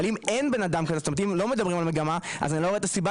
אבל אם אין מגמה כזו, אני לא רואה את הסיבה